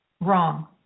wrong